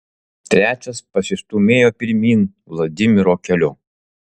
trečias pasistūmėjo pirmyn vladimiro keliu